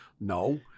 no